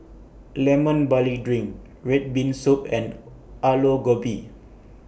Lemon Barley Drink Red Bean Soup and Aloo Gobi